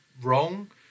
wrong